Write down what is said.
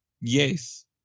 yes